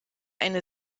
eine